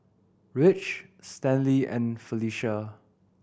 Ridge Stanley and Felicie